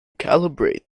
calibrate